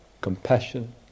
compassion